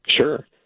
Sure